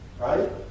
right